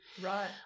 Right